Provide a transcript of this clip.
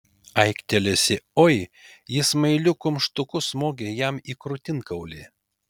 aiktelėjusi oi ji smailiu kumštuku smogė jam į krūtinkaulį